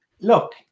Look